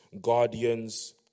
guardians